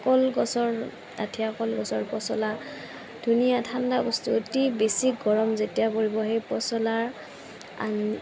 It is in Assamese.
কলগছৰ আঠীয়া কলগছৰ পচলা ধুনীয়া ঠাণ্ডা বস্তু অতি বেছি গৰম যেতিয়া পৰিব সেই পচলাৰ আঞ্জা